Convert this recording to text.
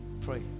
pray